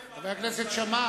חבר הכנסת שאמה,